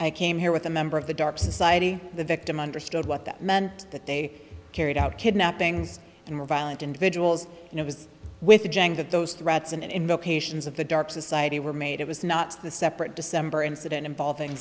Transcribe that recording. i came here with a member of the dark society the victim understood what that meant that they carried out kidnappings and were violent individuals and it was with jang that those threats and indications of the dark society were made it was not the separate december incident involving